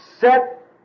set